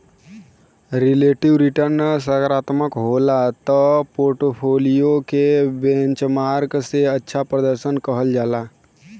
relative return सकारात्मक होला त पोर्टफोलियो के बेंचमार्क से अच्छा प्रर्दशन कहल जाला